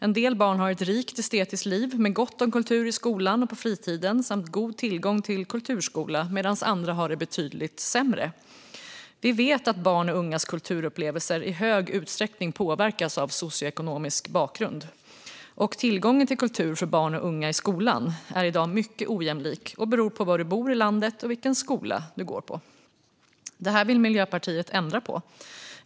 En del barn har ett rikt estetiskt liv med gott om kultur i skolan och på fritiden samt god tillgång till kulturskola, medan andra har det betydligt sämre. Man vet att barns och ungas kulturupplevelser i hög utsträckning påverkas av deras socioekonomiska bakgrund. Tillgången till kultur för barn och unga i skolan är i dag mycket ojämlik och beror på var du bor i landet och vilken skola du går på. Det vill Miljöpartiet ändra på.